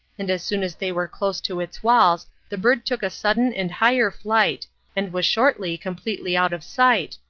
and as soon as they were close to its walls the bird took a sudden and higher flight and was shortly completely out of sight,